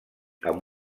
amb